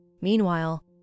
Meanwhile